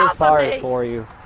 ah sorry for you,